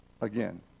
again